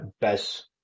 best